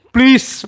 Please